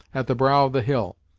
at the brow of the hill.